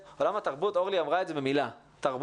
תרבות היא נכס אסטרטגי של מדינה.